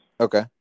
okay